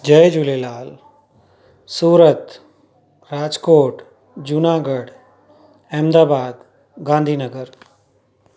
Jay Jhulelal Surat Rajkot Junagadh Ahmedabad Gandhi Nagar